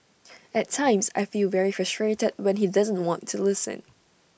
at times I feel very frustrated when he doesn't want to listen